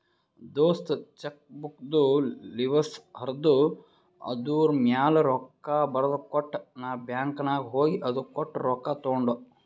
ದೋಸ್ತ ಚೆಕ್ಬುಕ್ದು ಲಿವಸ್ ಹರ್ದು ಅದೂರ್ಮ್ಯಾಲ ರೊಕ್ಕಾ ಬರ್ದಕೊಟ್ಟ ನಾ ಬ್ಯಾಂಕ್ ನಾಗ್ ಹೋಗಿ ಅದು ಕೊಟ್ಟು ರೊಕ್ಕಾ ತೊಂಡು